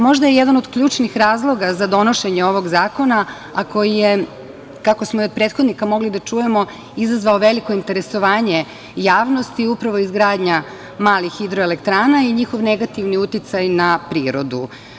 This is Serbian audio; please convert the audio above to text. Možda je jedan od ključnih razloga za donošenje ovog zakona, a koji je, kako smo i od prethodnika mogli da čujemo, izazvao veliko interesovanje javnosti je upravo izgradnja malih hidroelektrana i njihov negativni uticaj na prirodu.